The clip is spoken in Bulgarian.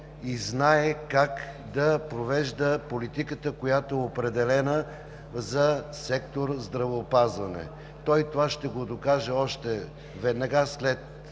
и знае как да провежда политиката, която е определена за сектор „Здравеопазване“. Той това ще го докаже още веднага след